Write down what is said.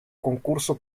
concurso